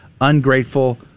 Ungrateful